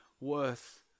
worth